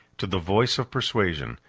to the voice of persuasion,